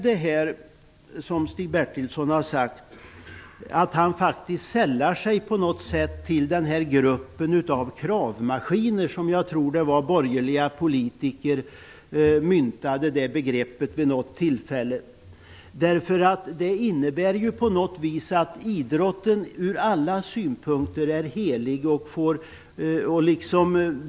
Det som Stig Bertilsson sade innebär att han sällar sig till gruppen av kravmaskiner - det var borgerliga politiker som myntade det begreppet vid något tillfälle. Enligt Stig Bertilsson är idrotten från alla synpunkter helig.